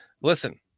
Listen